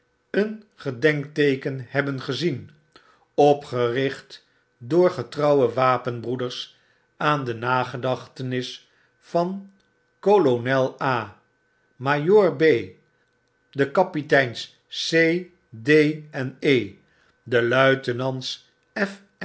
een gedenkteeken hebben gezien opgericht door getrouwe wapenbroeders aan de nagedachtenis van kolonel a majoor b de kapiteins c d ene de luitenants